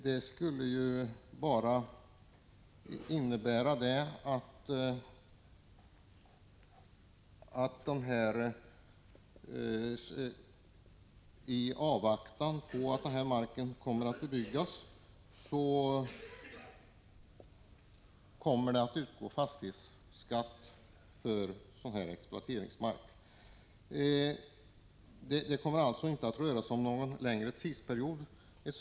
Det skulle bara innebära att fastighetsskatt skulle utgå för exploateringsmark i avvaktan på att marken skall bebyggas. Det kommer alltså inte att röra sig om någon längre tidsperiod.